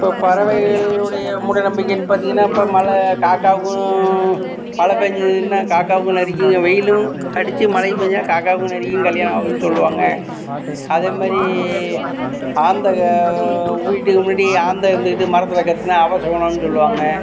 இப்போது பறவைகளுடைய மூடநம்பிக்கைனு பார்த்திங்கனா இப்போ மழை காக்காவுக்கும் மழை பேஞ்சிதுன்னால் காக்காவுக்கும் நரிக்கும் வெயிலும் அடிச்சு மழையும் பேஞ்சிதுன்னால் காக்காவுக்கும் நரிக்கும் கல்யாணம் ஆகுதுனு சொல்லுவாங்கள் அதேமாதிரி அந்த வீட்டுக்கு முன்னாடி ஆந்தை இருந்துகிட்டு மரத்தில் கத்துனால் அபசகுனம்னு சொல்லுவாங்கள்